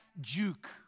Juke